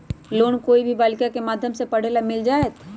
Loan कोई भी बालिका के माध्यम से पढे ला मिल जायत?